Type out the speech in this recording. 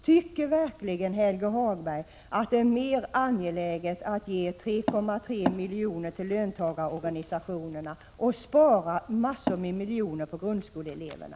Tycker verkligen Helge Hagberg att det är mer angeläget att ge 3,3 milj.kr. till löntagarorganisationerna och spara massor av miljoner på grundskoleeleverna?